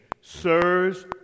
sirs